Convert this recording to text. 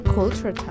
Culture